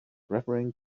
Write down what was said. referring